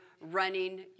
running